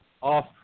off